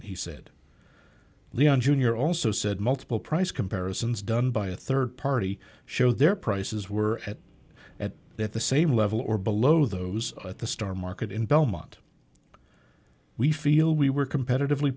in he said leon jr also said multiple price comparisons done by a third party show their prices were at at that the same level or below those at the star market in belmont we feel we were competitively